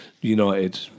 United